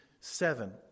seven